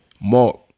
Mark